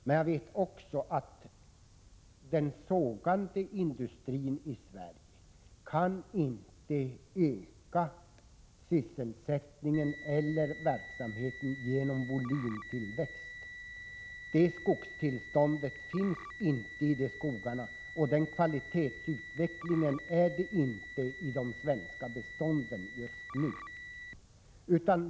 Men jag vet också att sågverksindustrin i Sverige inte kan öka sysselsättningen eller verksamheten genom ett ökat råvaruuttag. Det finns inte förutsättningar att öka det med det tillstånd och med den kvalitetsutveckling som just nu råder i det svenska skogsbeståndet.